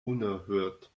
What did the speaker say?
unerhört